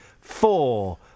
four